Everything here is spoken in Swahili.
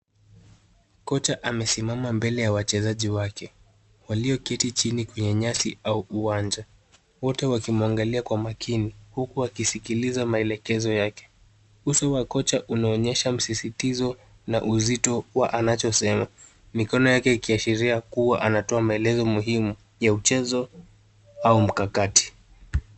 Kocha amesimama mbele ya wachezaji wake walioketi chini kwenye nyasi au uwanja wote wakimwangalia kwa makini huku wakisikiliza maelekezo yake. Uso wa kocha unaonyesha msisitizo na uzito wa anachosema mikono yake ikiashiria kuwa anatoa naelezo muhimu ya mchezo au mkakati.